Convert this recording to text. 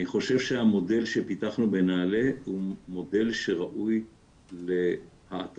אני חושב שהמודל שפיתחנו בנעל"ה הוא מודל שראוי להעתקה